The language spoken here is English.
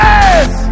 Yes